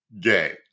gay